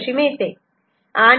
C F2 B